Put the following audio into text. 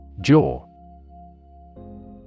J-A-W